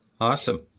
Awesome